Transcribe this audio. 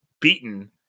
beaten